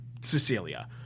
Cecilia